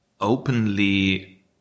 openly